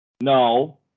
No